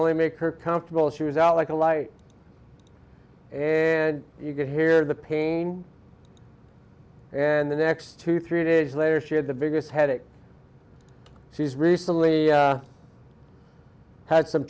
only make her comfortable she was out like a light and you could hear the pain and the next two three days later she had the biggest headache she's recently had some